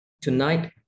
Tonight